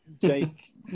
Jake